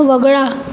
वगळा